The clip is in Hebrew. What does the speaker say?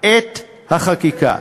עת החקיקה.